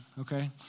okay